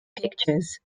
pictures